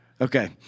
Okay